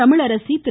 Tamilarasi Thiru